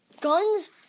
guns